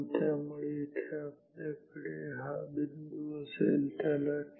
त्यामुळे इथे आपल्याकडे हा बिंदू असेल त्याला t1